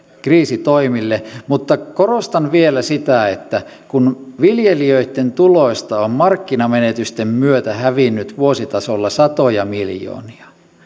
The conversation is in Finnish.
kriisitoimille mutta korostan vielä sitä että kun viljelijöitten tuloista on markkinamenetysten myötä hävinnyt vuositasolla satoja miljoonia